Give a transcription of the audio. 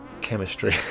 chemistry